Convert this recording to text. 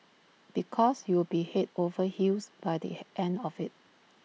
because you'll be Head over heels by the end of IT